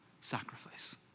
sacrifice